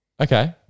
okay